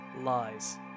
lies